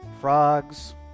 frogs